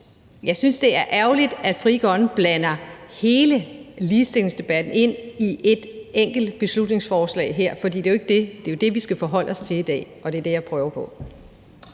jeg synes, det er ærgerligt, at Frie Grønne blander hele ligestillingsdebatten ind i et enkelt beslutningsforslag her. For det er jo det, vi skal forholde os til i dag, og det er det, jeg prøver på.